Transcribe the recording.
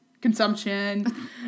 Consumption